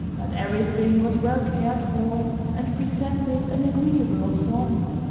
but everything was well cared for and presented an agreeable ensemble.